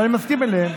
ואני מסכים איתן.